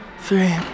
three